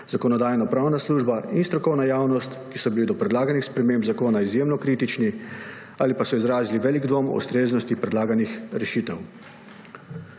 Zakonodajno-pravna služba in strokovna javnost, ki so bili do predlaganih sprememb zakona izjemno kritični ali pa so izrazili velik dvom o ustreznosti predlaganih rešitev.